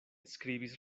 skribis